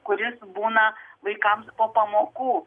kuris būna vaikams po pamokų